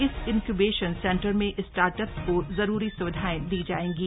इस incubation centre में startups को जरूरी स्विधाएं दी जाएंगी